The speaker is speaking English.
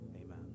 Amen